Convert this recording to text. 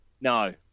No